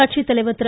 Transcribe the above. கட்சித்தலைவர் திரு